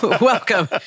welcome